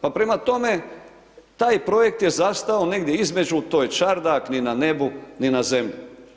Pa prema tome taj projekt je zastao negdje između, to je čardak ni na nebu, ni na zemlji.